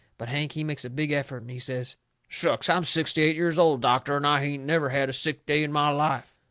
but hank, he makes a big effort, and he says shucks! i'm sixty-eight years old, doctor, and i hain't never had a sick day in my life.